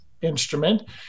instrument